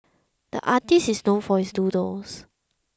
the artist is known for his doodles